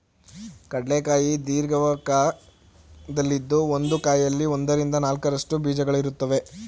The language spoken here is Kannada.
ಕಡ್ಲೆ ಕಾಯಿ ದೀರ್ಘವೃತ್ತಾಕಾರದಲ್ಲಿದ್ದು ಒಂದು ಕಾಯಲ್ಲಿ ಒಂದರಿಂದ ನಾಲ್ಕರಷ್ಟು ಬೀಜಗಳಿರುತ್ವೆ